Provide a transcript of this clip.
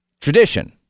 tradition